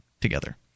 together